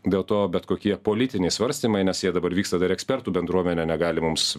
dėl to bet kokie politiniai svarstymai nes jie dabar vyksta dar ekspertų bendruomenė negali mums